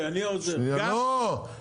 הם יכולים, רק לא יכולים לתאם